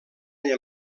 ella